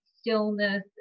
stillness